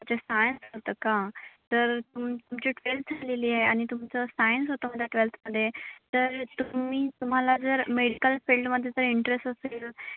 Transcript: अच्छा सायन्स होतं का तर तुम तुमची ट्वेल्थ झालेली आहे आणि तुमचं सायन्स होतं म्हणजे ट्वेल्थमध्ये तर तुम्ही तुम्हाला जर मेडिकल फील्डमध्ये जर इंटरेस्ट असेल